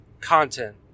content